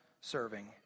serving